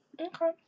Okay